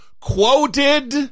quoted